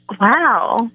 wow